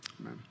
amen